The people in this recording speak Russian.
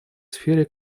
сфере